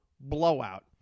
blowout